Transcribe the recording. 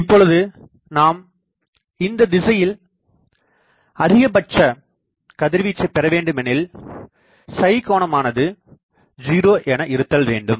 இப்பொழுது நாம் இந்த திசையில் அதிகபட்ச கதிர்வீச்சை பெறவேண்டுமெனில் கோணமானது 0 எனஇருத்தல் வேண்டும்